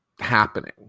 happening